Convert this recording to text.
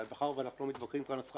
אבל מאחר ואנחנו לא מתווכחים כאן על שכר